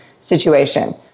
situation